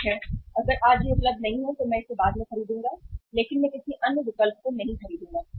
ठीक है अगर यह आज उपलब्ध नहीं है तो मैं इसे बाद में खरीदूंगा लेकिन मैं किसी अन्य विकल्प को नहीं खरीदूंगा